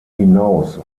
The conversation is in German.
hinaus